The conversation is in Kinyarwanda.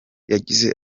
yagize